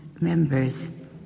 members